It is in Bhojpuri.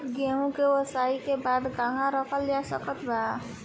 गेहूँ के ओसाई के बाद कहवा रखल जा सकत बा?